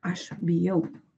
aš bijau